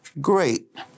great